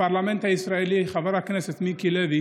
הפרלמנט הישראלי חבר הכנסת מיקי לוי